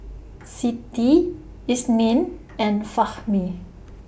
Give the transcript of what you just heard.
Siti Isnin and Fahmi